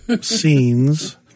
scenes